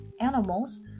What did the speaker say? animals